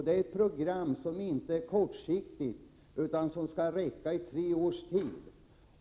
Det programmet är inte kortsiktigt utan skall räcka i tre års tid.